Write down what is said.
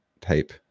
type